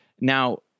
Now